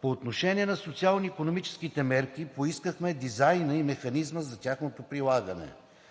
По отношение на социално-икономическите мерки поискахме дизайна и механизма за тяхното прилагане.